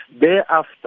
Thereafter